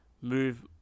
move